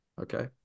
Okay